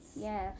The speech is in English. Yes